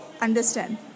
understand